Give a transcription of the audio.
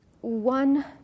One